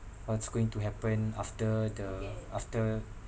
what's going to happen after the after